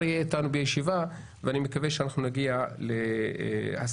יהיה אתנו בישיבה ואני מקווה שנגיע להסכמות.